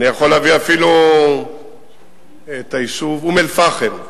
אני יכול להביא אפילו את היישוב אום-אל-פחם,